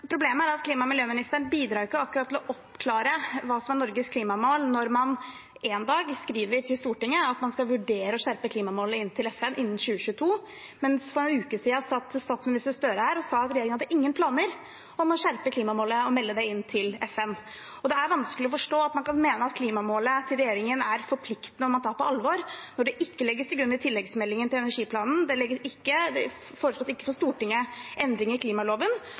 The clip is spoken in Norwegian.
Problemet er at klima- og miljøministeren ikke akkurat bidrar til å oppklare hva som er Norges klimamål når man én dag skriver til Stortinget at man skal vurdere å skjerpe klimamålene inn til FN innen 2022, mens for en uke siden stod statsminister Støre her og sa at regjeringen ikke hadde noen planer om å skjerpe klimamålet og melde det inn til FN. Det er vanskelig å forstå at man kan mene at klimamålet til regjeringen er forpliktende og at man tar det på alvor når det ikke legges til grunn i tilleggsmeldingen til energiplanen, det foreslås ikke endringer i klimaloven for Stortinget,